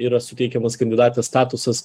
yra suteikiamas kandidatės statusas